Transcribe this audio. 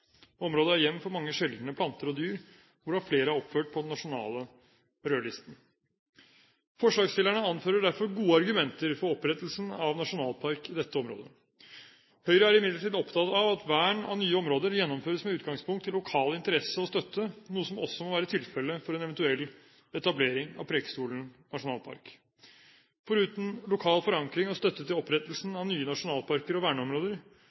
Området er hjem for mange sjeldne planter og dyr, hvorav flere er oppført på den nasjonale rødlisten. Forslagsstillerne anfører derfor gode argumenter for opprettelsen av nasjonalpark i dette området. Høyre er imidlertid opptatt av at vern av nye områder gjennomføres med utgangspunkt i lokal interesse og støtte, noe som også må være tilfellet for en eventuell etablering av Preikestolen nasjonalpark. Foruten lokal forankring og støtte til opprettelsen av nye nasjonalparker og verneområder